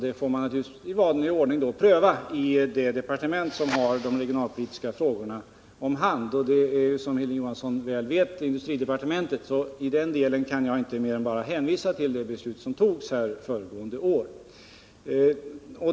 Detta får man naturligtvis pröva i vanlig ordning i det departement som har de regionalpolitiska frågorna om hand, och det är, som Hilding Johansson väl vet, industridepartementet. I den delen kan jag inte mer än hänvisa till det beslut som togs föregående år.